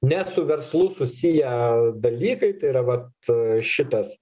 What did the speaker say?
ne su verslu susiję dalykai tai yra vat šitas